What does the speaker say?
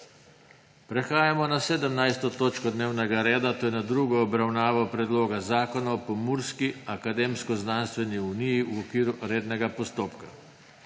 prekinjeno 17. točko dnevnega reda, to je s tretjo obravnavo Predloga zakona o Pomurski akademsko-znanstveni uniji v okviru rednega postopka.